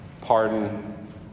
pardon